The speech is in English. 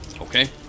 Okay